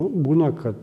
būna kad